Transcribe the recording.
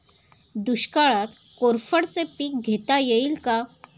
दुष्काळात कोरफडचे पीक घेता येईल का?